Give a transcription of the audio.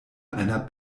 einer